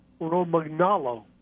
Romagnolo